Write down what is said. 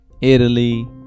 Italy